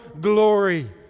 glory